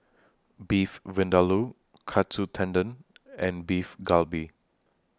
Beef Vindaloo Katsu Tendon and Beef Galbi